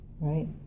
right